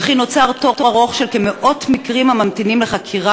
וכי נוצר תור ארוך של מאות מקרים הממתינים לחקירה,